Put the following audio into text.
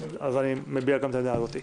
אז אני מביע גם את העמדה הזאת.